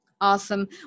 Awesome